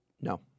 No